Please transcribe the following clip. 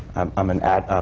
um i'm an ally,